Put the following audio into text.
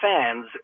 fans